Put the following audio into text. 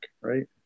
right